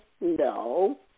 no